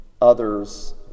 others